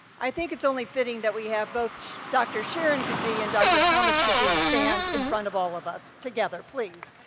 i think it's only fitting that we have both dr. sharon kazee and dr. thomas kazee stand in front of all of us together, please.